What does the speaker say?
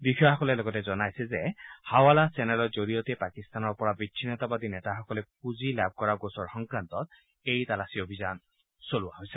বিষয়াসকলে লগতে জনাইছে যে হাৱালা চেনেলৰ জৰিয়তে পাকিস্তানৰ পৰা বিছ্নিতাবাদী নেতাসকলে পুঁজি লাভ কৰা গোচৰ সংক্ৰান্তত এই তালাচী চলোৱা হৈছিল